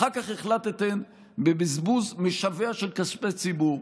אחר כך החלטתם, בבזבוז משווע של כספי ציבור,